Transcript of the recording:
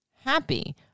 happy